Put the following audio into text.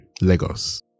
Lagos